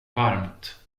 varmt